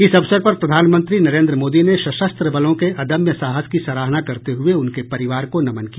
इस अवसर पर प्रधानमंत्री नरेन्द्र मोदी ने सशस्त्र बलों के अदम्य साहस की सराहना करते हुये उनके परिवार को नमन किया